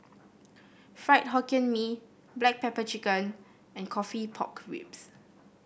Fried Hokkien Mee Black Pepper Chicken and coffee Pork Ribs